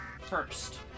First